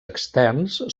externs